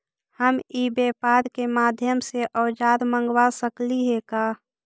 हम ई व्यापार के माध्यम से औजर मँगवा सकली हे का?